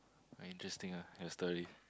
uh interesting ah your story